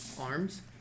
arms